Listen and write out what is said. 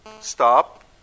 stop